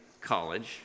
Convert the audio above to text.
college